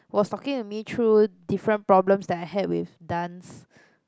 was talking to me through different problems that I had with dance